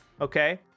okay